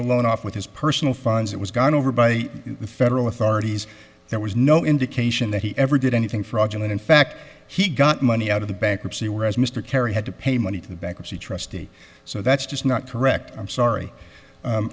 the loan off with his personal funds it was gone over by the federal authorities there was no indication that he ever did anything fraudulent in fact he got money out of the bankruptcy whereas mr carey had to pay money to the bankruptcy trustee so that's just not correct i'm sorry